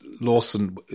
Lawson